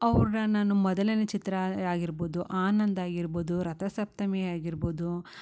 ಅವರ ನಾನು ಮೊದಲನೆ ಚಿತ್ರ ಆಗಿರ್ಬೊದು ಆನಂದ್ ಆಗಿರ್ಬೊದು ರಥಸಪ್ತಮಿ ಆಗಿರ್ಬೊದು